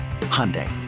Hyundai